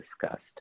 discussed